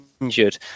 injured